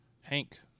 Hank